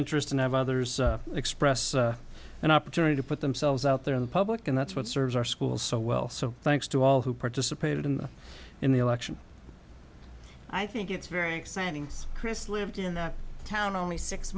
interest and have others express an opportunity to put themselves out there in public and that's what serves our schools so well so thanks to all who participated in in the election i think it's very exciting chris lived in that town only six